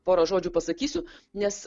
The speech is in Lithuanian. porą žodžių pasakysiu nes